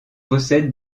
possède